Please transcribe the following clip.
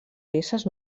peces